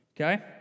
Okay